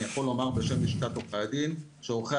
אני יכול לומר בשם לשכת עורכי הדין שעורכי